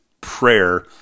prayer